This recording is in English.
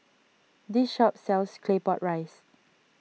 this shop sells Claypot Rice